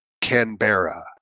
Canberra